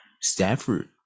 Stafford